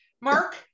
Mark